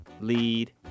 lead